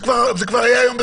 זה כבר היה היום בתוקף.